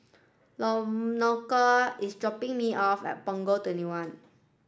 is dropping me off at Punggol twenty one